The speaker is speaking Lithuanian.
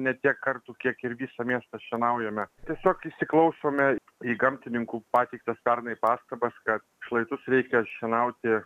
ne tiek kartų kiek ir visą miestą šienaujame tiesiog įsiklausome į gamtininkų pateiktas pernai pastabas kad šlaitus reikia šienauti